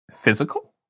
physical